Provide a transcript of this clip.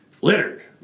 littered